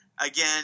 again